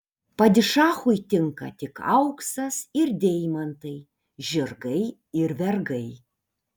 padišachui tinka tik auksas ir deimantai žirgai ir vergai